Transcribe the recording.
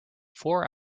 four